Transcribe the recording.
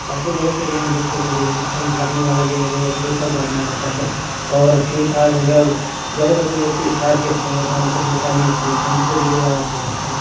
ऐसे बहुत से गेम है जो खेल सकें जैसे फल काटने वाला गेम हो गया उसमें फल काटना रहता है और फ्री फायर हो गया ज़्यादा करके लोग फ्री फायर खेलते हैं पर हमको फ्री फायर नहीं अच्छा लगता है हमको लूडो ज़्यादा अच्छा लगता है